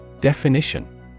Definition